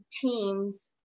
teams